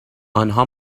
آنها